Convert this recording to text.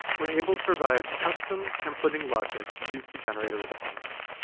we're able to provide custom templating logic used to generate a response.